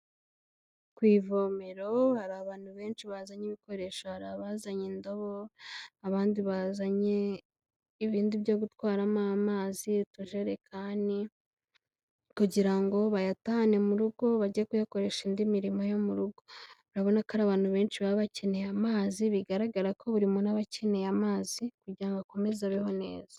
Ku ivomero hari abantu benshi bazanye ibikoresho hari abazanye indobo, abandi bazanye ibindi byo gutwaramo amazi, utujerekani kugira ngo bayatahane mu rugo, bajye kuyakoresha indi mirimo yo mu rugo. Urabona ko ari abantu benshi baba bakeneye amazi bigaragara ko buri muntu aba akeneye amazi, kugira ngo akomeze abeho neza